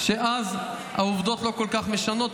אז העובדות לא כל כך משנות,